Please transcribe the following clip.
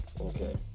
Okay